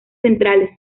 centrales